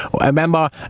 Remember